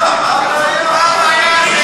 באמת, מה הבעיה?